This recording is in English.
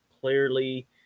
clearly